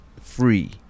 free